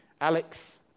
Alex